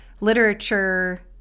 literature